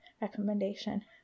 recommendation